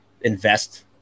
invest